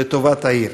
לטובת העיר.